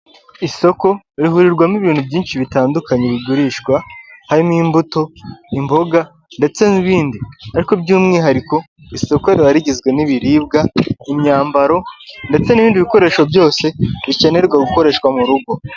Isoko rihurirwamo ibintu byinshi bitandukanye bigurishwa harimo imbuto, imboga ndetse n'ibindi ariko by'umwihariko isoko riba rigizwe n'ibiribwa, imyambaro ndetse n'ibindi bikoresho byose bikenerwa gukoreshwa mu rugo.